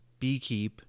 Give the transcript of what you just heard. beekeep